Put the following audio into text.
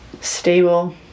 stable